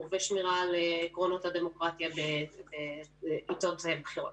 ושמירה על עקרונות הדמוקרטיה בעיתות בחירות.